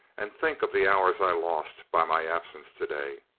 and think of the hours i lost by my absence to-day!